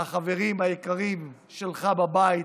החברים היקרים שלך בבית: